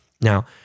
Now